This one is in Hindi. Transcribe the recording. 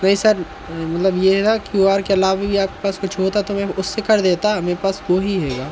नहीं सर मतलब ये था क्यू आर के अलावे भी आपके पास कुछ होता तो मैं उससे कर देता मेरे पास वो ही हैगा